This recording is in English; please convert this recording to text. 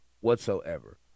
whatsoever